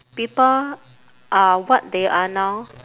people are what they are now